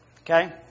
okay